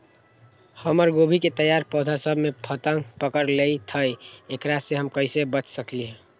हमर गोभी के तैयार पौधा सब में फतंगा पकड़ लेई थई एकरा से हम कईसे बच सकली है?